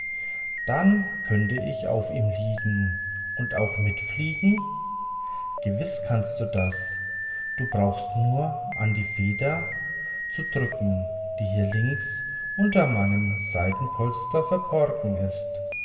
dann könnt ich auf ihm liegen und auch mit fliegen gewiß kannst du das du brauchst nur an die feder zu drücken die hier links unter meinem seitenpolster verborgen ist